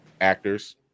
actors